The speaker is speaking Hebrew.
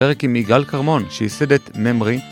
פרקים מגל קרמון, שיסדת נמרי